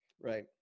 Right